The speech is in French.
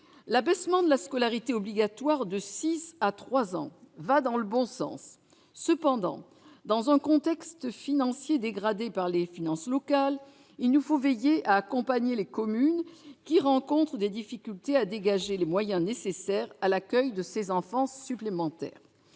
L'abaissement de la scolarité obligatoire de six à trois ans va dans le bon sens. Cependant, dans un contexte financier dégradé pour les finances locales, il nous faut veiller à accompagner les communes qui rencontrent des difficultés à dégager les moyens nécessaires à l'accueil de ces enfants supplémentaires.